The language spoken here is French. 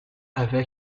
avait